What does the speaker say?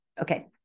Okay